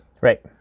Right